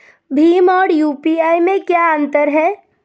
भीम और यू.पी.आई में क्या अंतर है?